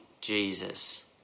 Jesus